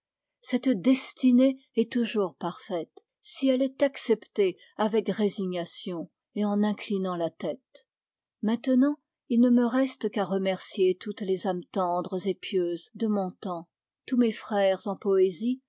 cette destinée est toujours parfaite si elle est acceptée avec résignation et en inclinant la tête maintenant il ne me reste qu'à remercier toutes les ames tendres et pieuses de mon temps tous mes frères en poésie